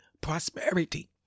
prosperity